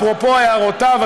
אפרופו הערותיו,